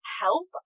help